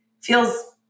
feels